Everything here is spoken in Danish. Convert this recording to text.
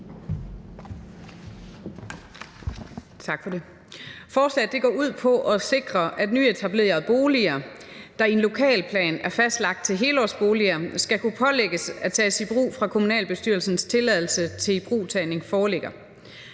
Forslaget går ud på at sikre, at nyetablerede boliger, der i en lokalplan er fastlagt til helårsboliger, skal kunne pålægges at tages i brug, fra kommunalbestyrelsens tilladelse til ibrugtagning foreligger.